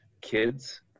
kids